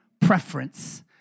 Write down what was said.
preference